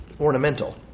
ornamental